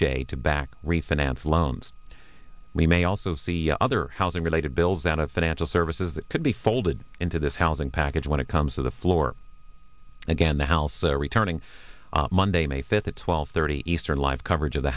a to back refinance loans we may also see other housing related bills out of financial services that could be folded into this housing package when it comes to the floor again the house there returning monday may fifth at twelve thirty eastern live coverage of the